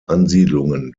ansiedlungen